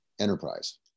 enterprise